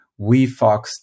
WeFox